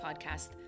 podcast